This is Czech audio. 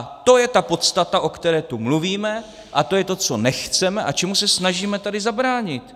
A to je ta podstata, o které tu mluvíme, a to je to, co nechceme a čemu se snažíme tady zabránit.